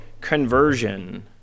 conversion